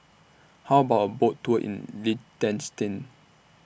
How about A Boat Tour in Liechtenstein